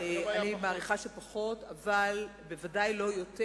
אני מעריכה שפחות, אבל בוודאי לא יותר.